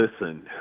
listen